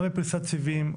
גם בפריסת סיבים,